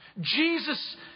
Jesus